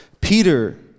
Peter